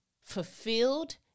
fulfilled